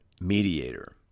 mediator